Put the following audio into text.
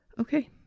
Okay